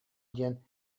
диэн